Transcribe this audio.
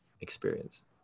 experience